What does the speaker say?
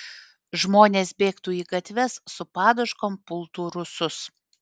žmonės bėgtų į gatves su paduškom pultų rusus